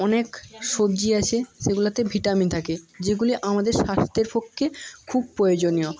অনেক সবজি আছে সেগুলোতে ভিটামিন থাকে যেগুলি আমাদের স্বাস্থ্যের পক্ষে খুব প্রয়োজনীয়